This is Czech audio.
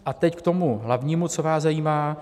A teď k tomu hlavnímu, co vás zajímá.